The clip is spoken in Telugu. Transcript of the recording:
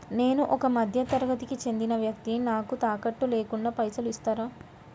నేను ఒక మధ్య తరగతి కి చెందిన వ్యక్తిని నాకు తాకట్టు లేకుండా పైసలు ఇస్తరా?